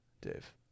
Dave